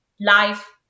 life